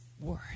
word